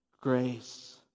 Grace